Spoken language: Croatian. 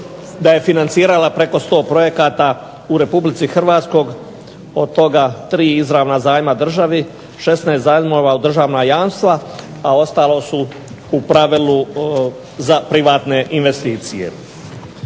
da je financirala preko 100 projekata u Republici Hrvatskoj, od toga tri izravna zajma državi, 16 zajmova u državna jamstva, a ostalo su u pravilu za privatne investicije.